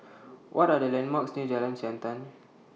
What Are The landmarks near Jalan Siantan